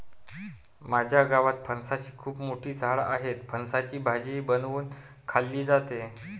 माझ्या गावात फणसाची खूप मोठी झाडं आहेत, फणसाची भाजी बनवून खाल्ली जाते